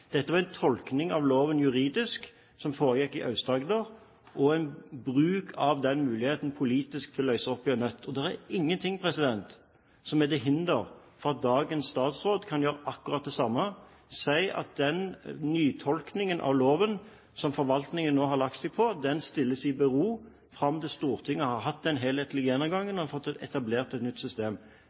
å løse en nøtt. Det er ingenting som er til hinder for at dagens statsråd kan gjøre akkurat det samme og si at nytolkningen av loven som forvaltningen nå har lagt seg på, stilles i bero fram til Stortinget har hatt en helhetlig gjennomgang og man har fått etablert et nytt system.